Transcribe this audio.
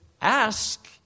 ask